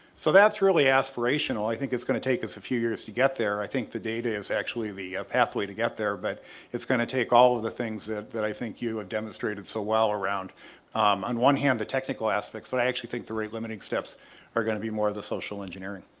so that's really aspirational i think it's going to take us a few years to get there i think the data is actually the pathway to get there but it's going to take all of the things that that i think you have demonstrated so well around on one hand the technical aspects but i actually think the rate limiting steps are going to be more of the social engineering.